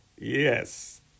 Yes